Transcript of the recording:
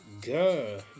girl